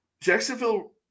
Jacksonville